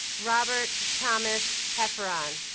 robert thomas hefferon